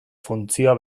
funtzioa